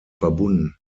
verbunden